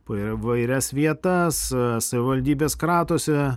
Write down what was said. po įvairias vietas savivaldybės kratosi